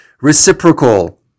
reciprocal